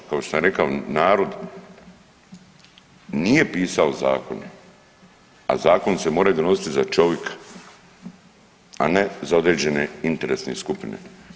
Kao što sam rekao narod nije pisao zakone, a zakoni se moraju donositi za čovika, a ne za određene interesne skupine.